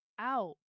out